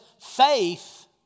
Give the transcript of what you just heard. faith